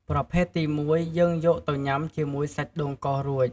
ប្រភេទទីមួយ យើងយកទៅញុំាជាមួយសាច់ដូងកោសរួច។